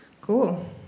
Cool